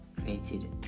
created